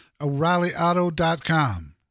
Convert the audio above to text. O'ReillyAuto.com